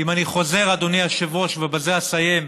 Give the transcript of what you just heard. אם אני חוזר, אדוני היושב-ראש, ובזה אסיים,